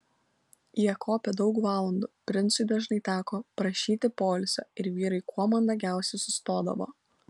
jie kopė daug valandų princui dažnai teko prašyti poilsio ir vyrai kuo mandagiausiai sustodavo